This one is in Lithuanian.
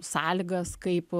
sąlygas kaip